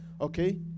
Okay